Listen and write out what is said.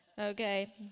okay